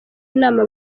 inama